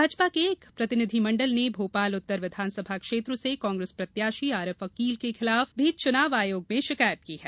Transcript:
भाजपा के एक प्रतिनिधिमण्डल ने भोपाल उत्तर विधानसभा क्षेत्र से कांग्रेस प्रत्याशी आरिफ अकील के खिलाफ भी च्नाव आयोग में शिकायत की है